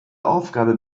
aufgabe